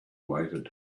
waited